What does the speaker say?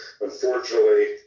Unfortunately